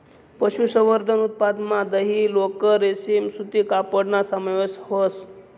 पशुसंवर्धन उत्पादनमा दही, लोकर, रेशीम सूती कपडाना समावेश व्हस